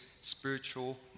spiritual